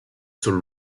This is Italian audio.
sul